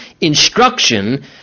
instruction